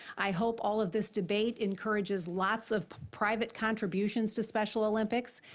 i hope all of this debate encourages lots of private contributions to special olympics.